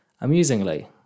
Amusingly